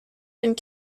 and